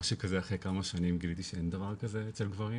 אחרי כמה שנים גיליתי שאין דבר כזה אצל גברים